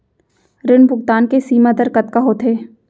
ऋण भुगतान के सीमा दर कतका होथे?